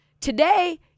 Today